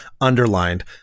underlined